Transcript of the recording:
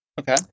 Okay